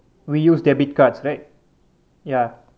we use debit cards right ya